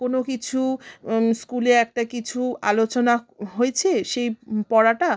কোনো কিছু স্কুলে একটা কিছু আলোচনা হয়েছে সেই পড়াটা